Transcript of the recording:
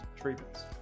treatments